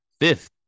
fifth